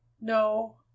No